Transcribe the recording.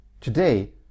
Today